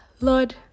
Lord